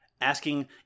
asking